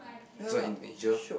is all Indonesia